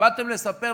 באתם לספר,